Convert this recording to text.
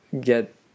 get